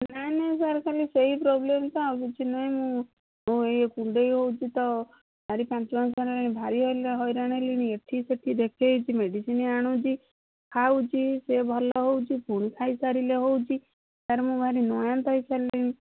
ନାହିଁ ନାହିଁ ସାର୍ ଖାଲି ସେଇ ପ୍ରୋବ୍ଲେମ ତ ଆଉ କିଛି ନାଇଁ ମୁଁ ଇଏ କୁଣ୍ଡେଇ ହେଉଛି ତ ଚାରି ପାଞ୍ଚମାସ ହେଲାଣି ଭାରି ହଇରାଣ ହେଲିଣି ଏଠି ସେଠି ଦେଖାଇକି ମେଡ଼ିସିନ୍ ଆଣୁଛି ଖାଉଛି ସେ ଭଲ ହେଉଛି ପୁଣି ଖାଇ ସାରିଲେ ହେଉଛି ସାର୍ ମୁଁ ଭାରି ନୟାନ୍ତ ହେଇସାରିଲିଣି